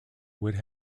would